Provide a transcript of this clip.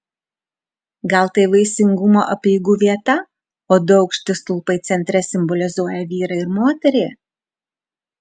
gal tai vaisingumo apeigų vieta o du aukšti stulpai centre simbolizuoja vyrą ir moterį